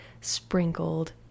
sprinkled